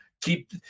Keep